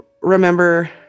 remember